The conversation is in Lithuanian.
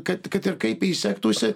kad kad ir kaip jai sektųsi